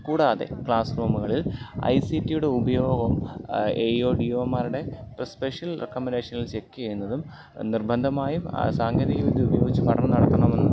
കൂടാതെ ക്ലാസ്സ് റൂമുകളിൽ I C റ്റിയുടെ ഉപയോഗം A E O D O മാരുടെ സ്പെഷ്യൽ റെക്കമടേഷനിൽ ചെക്ക് ചെയ്യുന്നതും നിർബന്ധമായും സാങ്കേതിക വിദ്യ ഉപയോഗിച്ച് പഠനം നടത്തണമെന്ന്